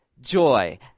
joy